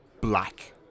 Black